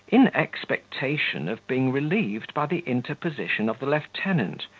in expectation of being relieved by the interposition of the lieutenant,